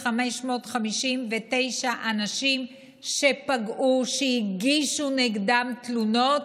3,559 אנשים שפגעו, שהגישו נגדם תלונות,